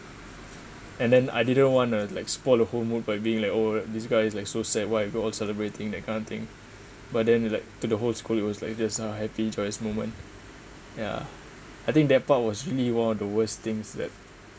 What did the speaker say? and then I didn't want to like spoil the whole mood by being like oh this guy is like so sad why are you all celebrating that kind of thing but then like to the whole school it was like just ah happy joyous moment yeah I think that part was really one of the worst things that